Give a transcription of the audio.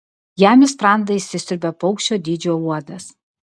jam į sprandą įsisiurbia paukščio dydžio uodas